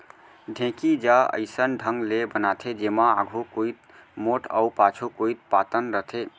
ढेंकी ज अइसन ढंग ले बनाथे जेमा आघू कोइत मोठ अउ पाछू कोइत पातन रथे